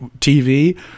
TV